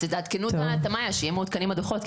אז תעדכנו את ה"מאיה" שיהיו מעודכנים הדוחות,